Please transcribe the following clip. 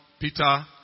Peter